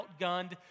outgunned